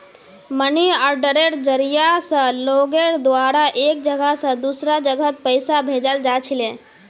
money आर्डरेर जरिया स लोगेर द्वारा एक जगह स दूसरा जगहत पैसा भेजाल जा छिले